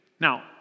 Now